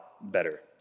better